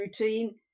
routine